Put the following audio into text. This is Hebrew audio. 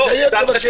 כשאני אסיים, תבקש.